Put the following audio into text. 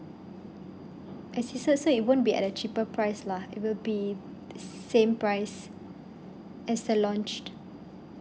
I see so so it won't be at a cheaper price lah it will be the same price as they launched